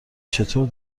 چطوری